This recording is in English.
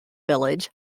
village